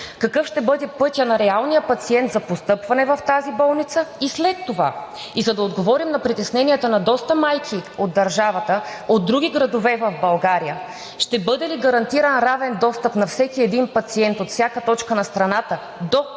Какъв ще бъде пътят на реалния пациент за постъпване в тази болница и след това? И за да отговорим на притесненията на доста майки от държавата, от други градове в България – ще бъде ли гарантиран равен достъп на всеки един пациент от всяка точка на страната до тази